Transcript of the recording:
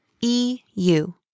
E-U